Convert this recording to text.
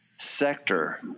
sector